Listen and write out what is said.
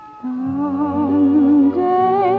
someday